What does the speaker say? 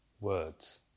Words